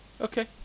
Okay